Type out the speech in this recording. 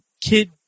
kid